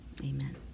Amen